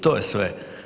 To je sve.